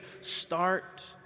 start